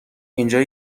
اینجا